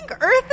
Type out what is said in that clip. Earth